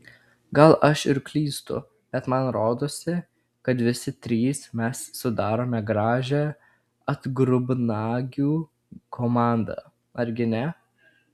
gal aš ir klystu bet man rodosi kad visi trys mes sudarome gražią atgrubnagių komandą argi ne